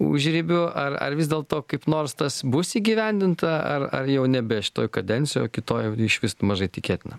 užribiu ar ar vis dėlto kaip nors tas bus įgyvendinta ar ar jau nebe šitoj kadencijoj o kitoj jau išvis mažai tikėtina